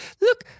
look